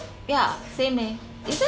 yeah same eh isn't